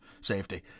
safety